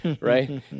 right